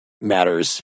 matters